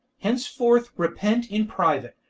henceforth repent in private,